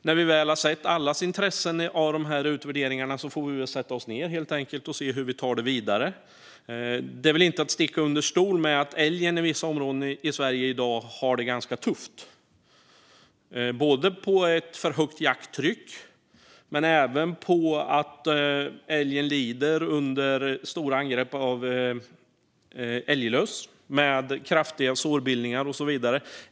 När vi väl har sett allas intresse av dessa utvärderingar får vi väl helt enkelt sätta oss ned och se hur vi tar det vidare. Det är inget att sticka under stol med att älgen i vissa områden i Sverige i dag har det ganska tufft. Det beror delvis på ett för högt jakttryck men även på att älgen lider under stora angrepp av älglöss, med kraftiga sårbildningar och så vidare.